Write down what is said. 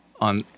on